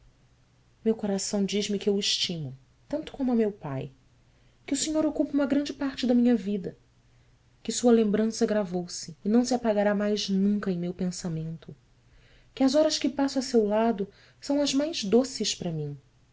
meu coração diz-me que eu o estimo tanto como a meu pai que o senhor ocupa uma grande parte da minha vida que sua lembrança gravou se e não se apagará mais nunca em meu pensamento que as horas que passo a seu lado são as mais doces para mim